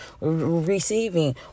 receiving